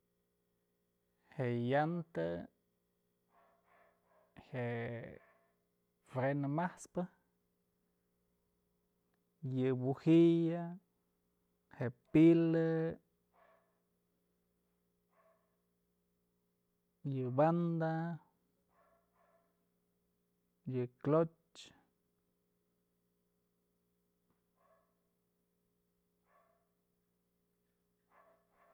Je'e llanta, je'e freno majt'spë, yë bujillë, je'e pilë, yë banda, yë cloch.